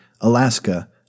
Alaska